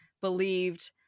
believed